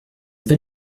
vais